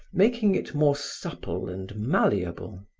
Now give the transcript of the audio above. making it more supple and malleable.